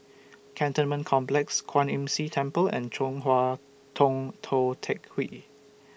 Cantonment Complex Kwan Imm See Temple and Chong Hua Tong Tou Teck Hwee